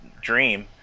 dream